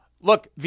Look